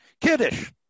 Kiddush